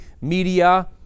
media